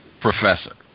professor